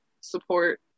support